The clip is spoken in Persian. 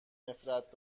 نفرت